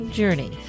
journey